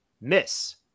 Miss